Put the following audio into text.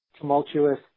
tumultuous